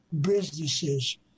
businesses